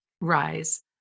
rise